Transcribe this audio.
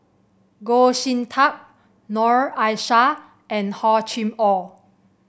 Goh Sin Tub Noor Aishah and Hor Chim Or